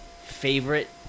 favorite